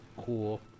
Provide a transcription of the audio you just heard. Cool